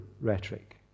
rhetoric